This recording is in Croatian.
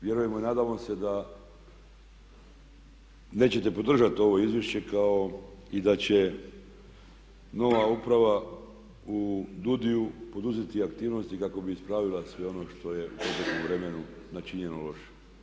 Vjerujemo i nadamo se da nećete podržati ovo izvješće kao i da će nova uprava u DUUDI-ju poduzeti aktivnosti kako bi ispravila sve ono što je u proteklom vremenu načinjeno loše.